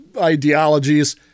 ideologies